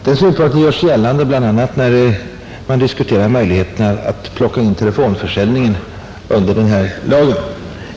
Den synpunkten gör sig gällande bl.a. när man diskuterar möjligheterna att plocka in telefonförsäljning under den här lagen.